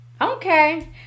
Okay